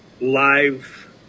live